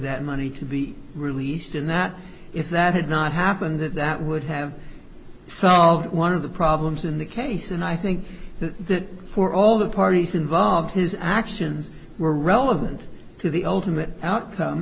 that money to be released and that if that had not happened that that would have solved one of the problems in the case and i think that for all the parties involved his actions were relevant to the ultimate outcome